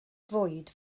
fwyd